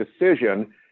decision